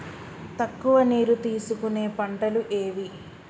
తక్కువ నీరు తీసుకునే పంటలు ఏవి?